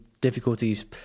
difficulties